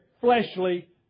fleshly